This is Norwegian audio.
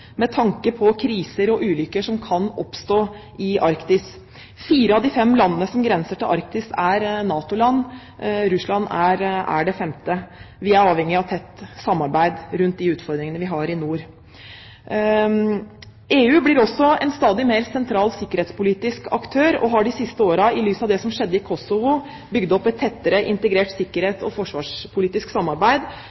med tanke på kriser og ulykker som kan oppstå i Arktis. Fire av de fem landene som grenser til Arktis, er NATO-land. Russland er det femte. Vi er avhengig av et tett samarbeid rundt de utfordringene vi har i nord. EU blir også en stadig mer sentral sikkerhetspolitisk aktør og har de siste årene, i lys av det som skjedde i Kosovo, bygd opp et tettere integrert